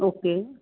okay